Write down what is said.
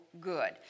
Good